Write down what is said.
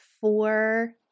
four